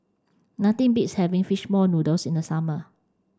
nothing beats having fish ball noodles in the summer